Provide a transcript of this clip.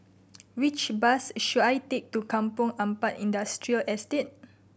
which bus should I take to Kampong Ampat Industrial Estate